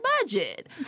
budget